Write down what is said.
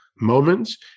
moments